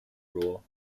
rule